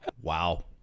Wow